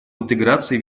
интеграции